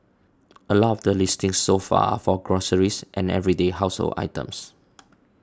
a lot of the listings so far are for groceries and everyday household items